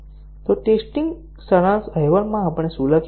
તો ટેસ્ટીંગ સારાંશ અહેવાલમાં આપણે શું લખીએ